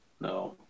no